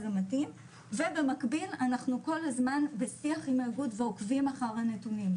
המתאים ובמקביל אנחנו כל הזמן בשיח עם --- ועוקבים אחר הנתונים,